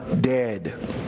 dead